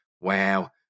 Wow